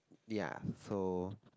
ya so